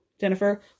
Jennifer